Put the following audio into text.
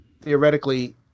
theoretically